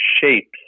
shapes